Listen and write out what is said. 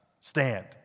stand